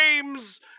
games